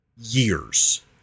years